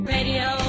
Radio